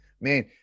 Man